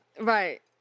right